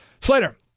Slater